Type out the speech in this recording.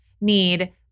need